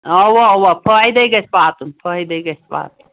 اَوا اَوا فٲہِدَے گژھِ واتُن فٲہِدَے گژھِ واتُن